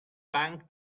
bank